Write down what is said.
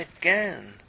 again